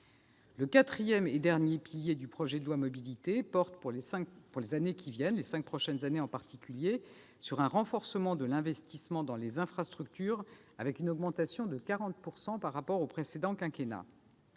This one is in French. Le quatrième et dernier pilier du projet de loi Mobilités porte, pour les cinq prochaines années, sur un renforcement de l'investissement dans les infrastructures, avec une augmentation de 40 % par rapport au précédent quinquennat.